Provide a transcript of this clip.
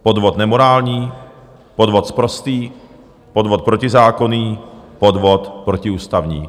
Podvod nemorální, podvod sprostý, podvod protizákonný, podvod protiústavní.